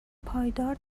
پایدار